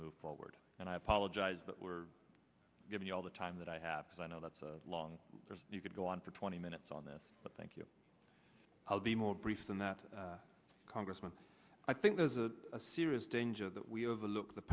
move forward and i apologize that we're giving you all the time that i have as i know that's a long you could go on for twenty minutes on this but thank you i'll be more brief than that congressman i think there's a serious danger that we overlook the